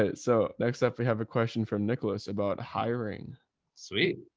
ah so next step, we have a question from nicholas about hiring sweet.